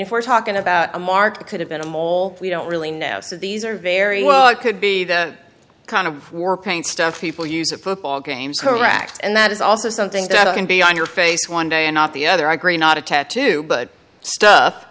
if we're talking about a mark could have been a mole we don't really know so these are very well it could be the kind of war paint stuff people use of football games correct and that is also something that can be on your face one day and not the other i agree not a tattoo but stuff